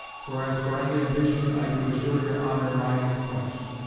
for as for any ambition, i do assure your honour, mine is quenched.